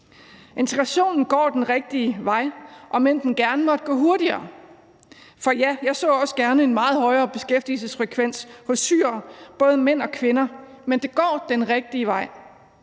Integrationen går den rigtige vej, om end den gerne måtte gå hurtigere. For ja, jeg så også gerne en meget højere beskæftigelsesfrekvens hos syrere, både mænd og kvinder, men det går den rigtige vej.